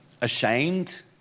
Ashamed